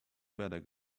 better